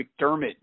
McDermott